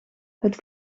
het